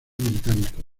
británico